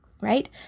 Right